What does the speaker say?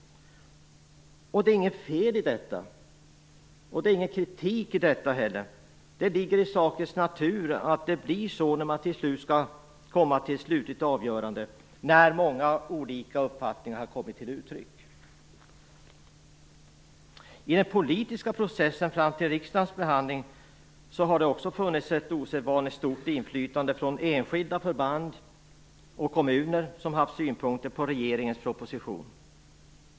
Och det är inget fel i detta. Det ligger i sakens natur att det blir så när man till sist skall komma till ett slutligt avgörande. I den politiska processen fram till riksdagens behandling har det också funnits ett osedvanligt stort inflytande från enskilda förband och kommuner som har haft synpunkter på regeringens proposition.